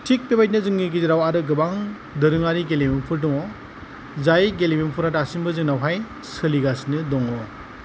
थिग बेबायदिनो जोंनि गेजेराव आरो गोबां दोरोङारि गेलेमुफोर दङ जाय गेलेमुफोरा दासिमबो जोंनावहाय सोलिगासिनो दङ